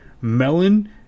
melon